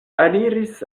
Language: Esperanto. aliris